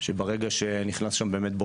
שברגע שנכנס לשם באמת,